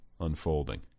unfolding